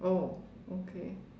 oh okay